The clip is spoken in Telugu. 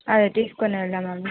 అదే తీసుకుని వెళ్దామని